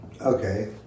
Okay